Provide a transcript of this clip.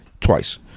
twice